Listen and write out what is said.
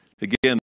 Again